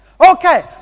Okay